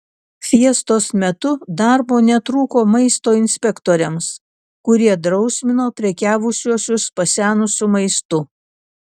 fiestos metu darbo netrūko maisto inspektoriams kurie drausmino prekiavusiuosius pasenusiu maistu